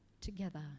together